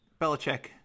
belichick